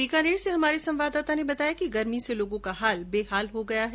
बीकानेर से हमारे संवाददाता ने बताया कि गर्मी से लोगों का हाल बेहाल हो गया है